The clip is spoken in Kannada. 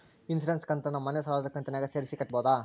ಇನ್ಸುರೆನ್ಸ್ ಕಂತನ್ನ ಮನೆ ಸಾಲದ ಕಂತಿನಾಗ ಸೇರಿಸಿ ಕಟ್ಟಬೋದ?